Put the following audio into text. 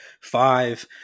five